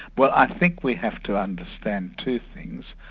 well i think we have to understand two things.